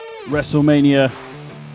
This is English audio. WrestleMania